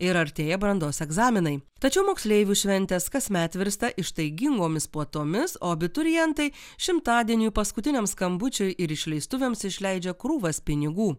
ir artėja brandos egzaminai tačiau moksleivių šventės kasmet virsta ištaigingomis puotomis o abiturientai šimtadieniui paskutiniam skambučiui ir išleistuvėms išleidžia krūvas pinigų